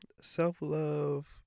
self-love